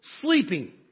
sleeping